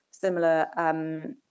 similar